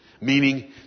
meaning